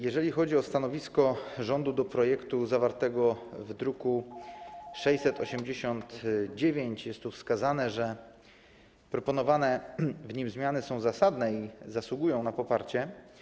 Jeżeli chodzi o stanowisko rządu wobec projektu zawartego w druku nr 689, to jest tu wskazane, że proponowane w nim zmiany są zasadne i zasługują na poparcie.